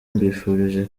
mbifurije